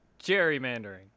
Gerrymandering